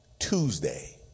Tuesday